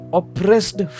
oppressed